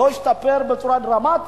לא השתפר בצורה דרמטית.